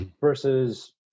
versus